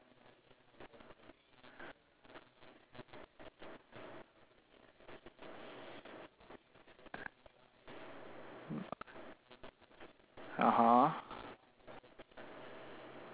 (uh huh)